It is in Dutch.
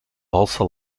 valse